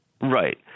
Right